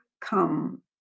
come